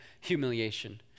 humiliation